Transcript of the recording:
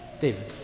David